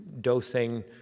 dosing